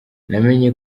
namenye